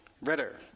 Ritter